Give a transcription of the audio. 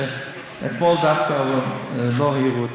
אתמול דווקא לא העירו אותי,